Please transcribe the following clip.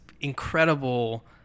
incredible